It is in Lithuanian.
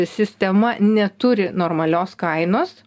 sistema neturi normalios kainos